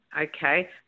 okay